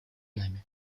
нами